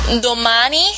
Domani